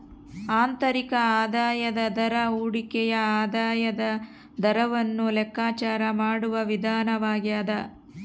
ಆಂತರಿಕ ಆದಾಯದ ದರ ಹೂಡಿಕೆಯ ಆದಾಯದ ದರವನ್ನು ಲೆಕ್ಕಾಚಾರ ಮಾಡುವ ವಿಧಾನವಾಗ್ಯದ